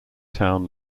town